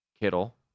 Kittle